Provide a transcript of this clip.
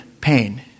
pain